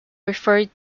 referred